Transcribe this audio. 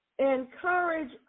encourage